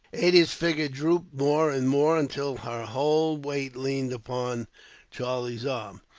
ada's figure drooped more and more, until her whole weight leaned upon charlie's arm.